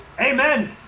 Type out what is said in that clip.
amen